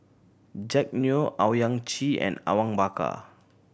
Jack Neo Owyang Chi and Awang Bakar